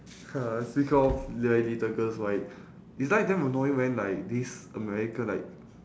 speak off very little girls right it's like damn annoying when like this american like